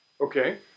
Okay